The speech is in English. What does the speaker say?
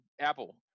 Apple